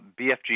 BFG